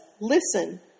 Listen